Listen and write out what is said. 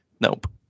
nope